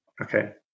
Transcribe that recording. Okay